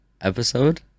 episode